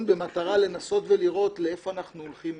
במטרה לנסות ולראות לאיפה אנחנו הולכים מעכשיו.